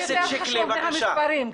המניע יותר חשוב מהמספרים,